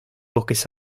bosques